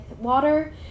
water